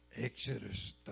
Exodus